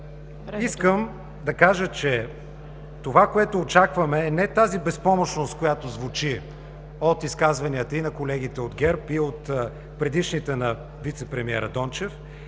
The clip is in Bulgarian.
Искам да кажа, че това, което очакваме, е не тази безпомощност, която звучи от изказванията и на колегите от ГЕРБ, и от предишните на вицепремиера Дончев.